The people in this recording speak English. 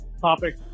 topic